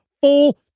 full